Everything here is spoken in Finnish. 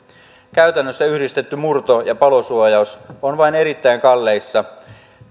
käytännössä yhdistetty murto ja palosuo jaus on vain erittäin kalleissa